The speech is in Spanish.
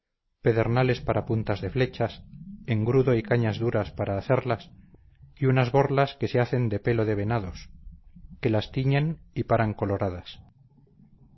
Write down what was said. pedernales para puntas de flechas engrudo y cañas duras para hacerlas y unas borlas que se hacen de pelo de venados que las tiñen y paran coloradas